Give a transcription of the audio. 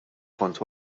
kont